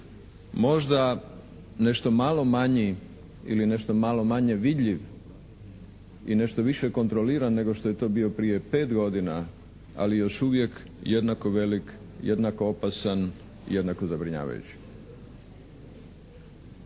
Možda nešto malo manji ili nešto malo manje vidljiv i nešto više kontroliran nego što je to bio prije 5 godina, ali još uvijek jednako velik, jednako opasan, jednako zabrinjavajući.